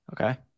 Okay